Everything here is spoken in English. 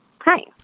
Hi